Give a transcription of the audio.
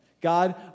God